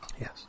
Yes